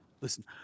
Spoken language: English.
listen